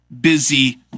busy